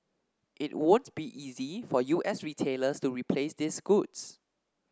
it won't be easy for U S retailers to replace these goods